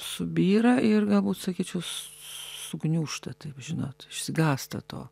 subyra ir galbūt sakyčiau sugniūžta taip žinot išsigąsta to